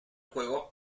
juego